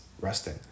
resting